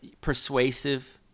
persuasive